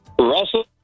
Russell